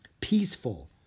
peaceful